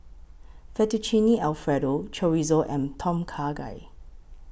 Fettuccine Alfredo Chorizo and Tom Kha Gai